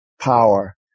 power